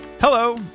Hello